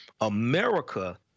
America